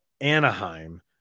Anaheim